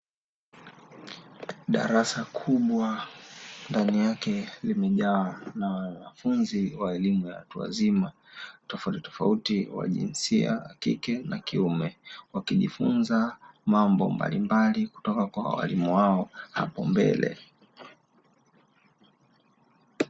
Darasa kubwa ndani yake limejaa na wanafunzi wa elimu ya watu wazima tofautitofauti wa jinsia ya kike na kiume, wakijifunza mambo mbalimbali kutoka kwa walimu wao hapo mbele.